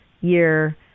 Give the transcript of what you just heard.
year